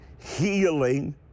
healing